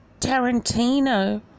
Tarantino